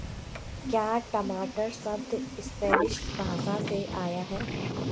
क्या टमाटर शब्द स्पैनिश भाषा से आया है?